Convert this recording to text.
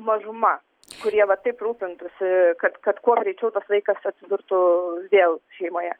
mažuma kurie va taip rūpintųsi kad kad kuo greičiau tas vaikas atsidurtų vėl šeimoje